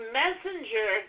messenger